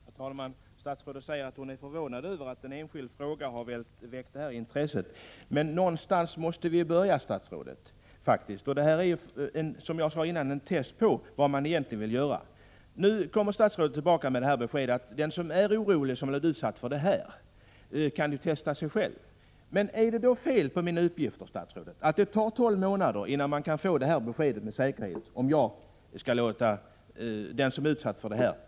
Herr talman! Statsrådet säger att hon är förvånad över att en enskild fråga har väckt så stort intresse. Någonstans måste vi faktiskt börja, statsrådet. Det här är, som jag sagt tidigare, en test på vad man egentligen vill göra. Nu kommer statsrådet tillbaka med beskedet att de som är oroliga och har blivit utsatta för detta själva skall testa sig. Är det då fel på mina uppgifter om att det tar tolv månader, innan man med säkerhet kan få detta besked, om man låter den som blivit utsatt testa sig?